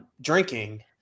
drinking